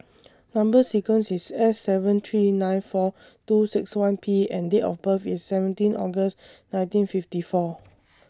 Number sequence IS S seven three nine four two six one P and Date of birth IS seventeen August nineteen fifty four